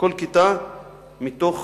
מתוך